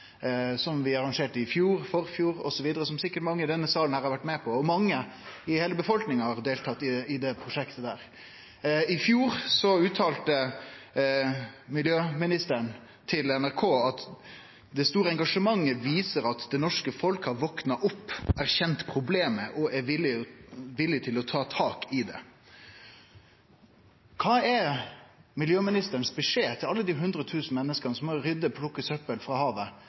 som vi arrangerte i fjor, i forfjor osv., og som sikkert mange i denne salen har vore med på. Mange i heile befolkninga har deltatt i det prosjektet. I fjor sa miljøministeren til NRK at det store engasjementet «viser at det norske folk har våknet opp, erkjent problemet og er villig til å ta tak i det». Kva er beskjeden frå miljøministeren til alle dei 100 000 menneska som har rydda og plukka søppel frå havet